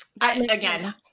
again